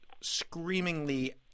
screamingly –